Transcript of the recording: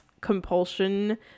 compulsion